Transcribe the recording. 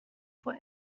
for